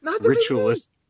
ritualist